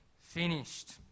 finished